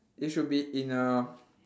it should be in a